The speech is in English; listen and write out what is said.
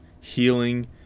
healing